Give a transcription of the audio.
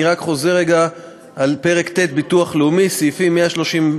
אני רק חוזר רגע על פרק ט' (ביטוח לאומי) סעיפים 136(1),